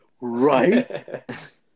Right